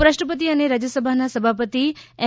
ઉપરાષ્ટ્રપતિ અને રાજ્યસભાના સભાપતિ એમ